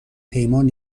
پیمان